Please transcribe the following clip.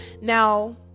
Now